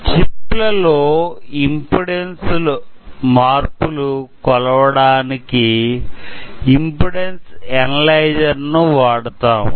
chip ల లో impedance మార్పులు కొలవడానికి ఇంపెడెన్సు అనలైజర్ ను వాడుతాము